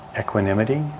equanimity